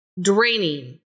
draining